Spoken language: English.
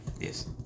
Yes